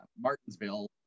martinsville